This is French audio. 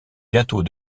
bientôt